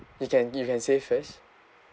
you can you can say first